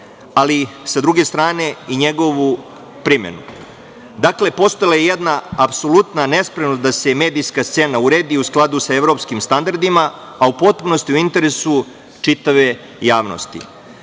ali sa druge strane i njegovu primenu. Dakle, postojala je jedna apsolutna nespremnost da se medijska scena uredi u skladu sa evropskim standardima, a u potpunosti u interesu čitave javnosti.